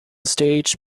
stage